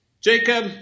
Jacob